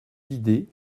vider